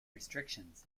restrictions